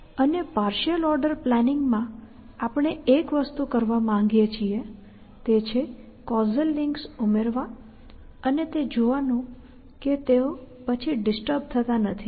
અને partial order planning માં આપણે એક વસ્તુ કરવા માંગીએ છીએ તે છે કૉઝલ લિંક્સ ઉમેરવા અને તે જોવાનું કે તેઓ પછી ડિસ્ટર્બ થતા નથી